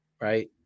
Right